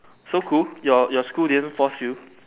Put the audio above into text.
so cool your your school didn't force you